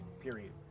period